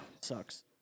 Sucks